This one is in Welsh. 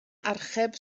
archeb